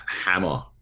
hammer